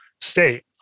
state